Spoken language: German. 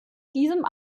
diesem